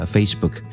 Facebook